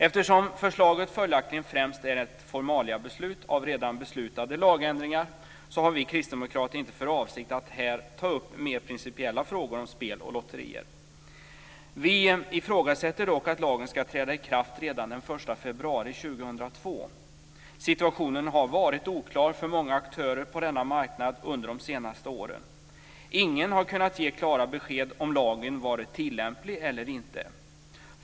Eftersom förslaget följaktligen främst är ett formaliabeslut av redan beslutade lagändringar har vi kristdemokrater inte för avsikt att här ta upp mer principiella frågor om spel och lotterier. Vi ifrågasätter dock att lagen ska träda i kraft redan den 1 februari 2002. Situationen har varit oklar för många aktörer på denna marknad under de senaste åren. Ingen har kunnat ge klara besked om lagen har varit tillämplig eller inte.